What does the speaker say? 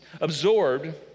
Absorbed